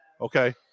Okay